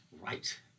right